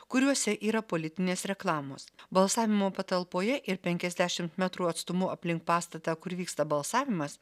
kuriuose yra politinės reklamos balsavimo patalpoje ir penkiasdešimt metrų atstumu aplink pastatą kur vyksta balsavimas